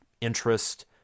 interest